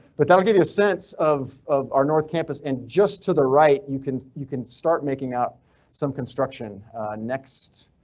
but that'll give you a sense of of our north campus. and just to the right you can. you can start making up some construction next.